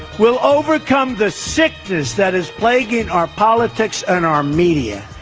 will overcome the sickness that is plaguing our politics and our media.